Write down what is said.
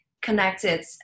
connected